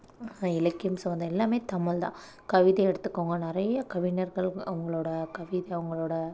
இலக்கியம் சார்ந்த எல்லாமே தமிழ்தான் கவிதை எடுத்துக்கோங்க நிறைய கவிஞர்கள் அவங்களோட கவிதை அவங்களோட